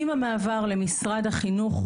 לגבי המעבר למשרד החינוך,